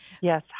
Yes